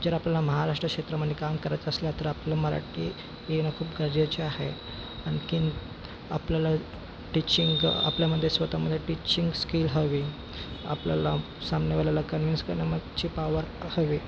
जर आपल्याला महाराष्ट्र क्षेत्रामध्ये काम करायचं असल्या तर आपल्या मराठी येणं खूप गरजेचं आहे आणखी आपल्याला टिचिंग आपल्यामध्ये स्वतःमध्ये टिचिंग स्किल हवी आपल्याला सामनेवाल्याला कन्विन्स करण्यामागची पावर हवी